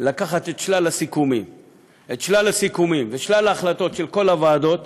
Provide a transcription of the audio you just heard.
לקחת את שלל הסיכומים ושלל ההחלטות של כל הוועדות,